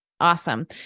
Awesome